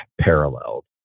paralleled